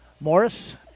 Morris